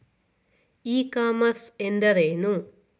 E commerce ಎಂದರೇನು?